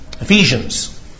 Ephesians